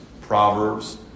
Proverbs